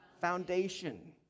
foundation